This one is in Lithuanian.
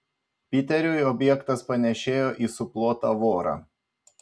piteriui objektas panėšėjo į suplotą vorą